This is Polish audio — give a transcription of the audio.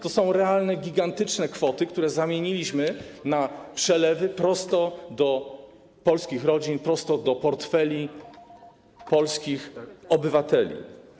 To są realne, gigantyczne kwoty, które zamieniliśmy na przelewy prosto do polskich rodzin, prosto do portfeli polskich obywateli.